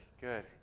good